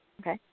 Okay